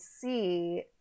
see